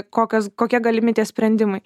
kokios kokie galimi tie sprendimai